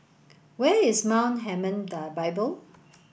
where is Mount Hermon Bible